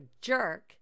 jerk